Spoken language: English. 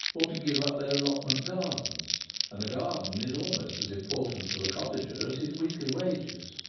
or to give up their allotment gardens and a garden is almost as important to a cottager as his weekly wages.